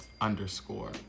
underscore